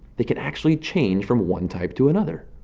they can actually change from one type to another.